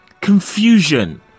confusion